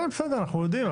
כן, בסדר, אנחנו יודעים.